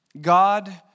god